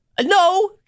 No